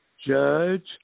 judge